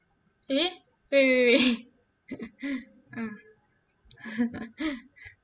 eh wait wait wait ah